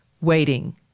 waiting